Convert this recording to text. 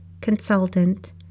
consultant